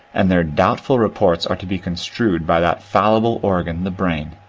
and their doubtful reports are to be construed by that fallible organ the brain.